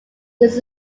this